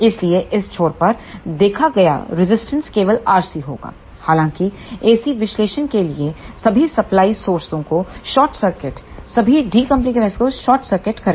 इसलिए इस छोर पर देखा गया रेजिस्टेंस केवल RC होगा हालांकि AC विश्लेषण के लिए सभी सप्लाई स्रोतों को शॉर्ट सर्किट सभी डिकम्प्लिंग कैपेसिटर के शॉर्ट सर्किट करें